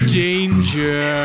danger